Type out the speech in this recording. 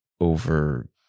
over